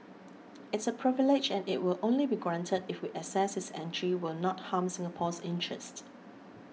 it's a privilege and it will only be granted if we assess his entry will not harm Singapore's interest